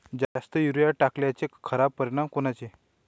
जास्त युरीया टाकल्याचे खराब परिनाम कोनचे?